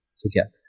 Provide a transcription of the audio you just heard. together